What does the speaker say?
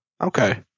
Okay